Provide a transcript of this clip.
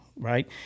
right